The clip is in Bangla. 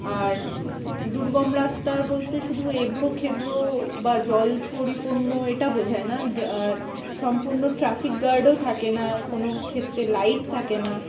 আর দুর্গম রাস্তা বলতে শুধু এবড়ো খেবড়ো বা জল পরিপূর্ণ এটা বোঝায় না সম্পূর্ণ ট্রাফিক গার্ডও থাকে না কোনো ক্ষেত্রে লাইট থাকে না